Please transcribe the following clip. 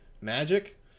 magic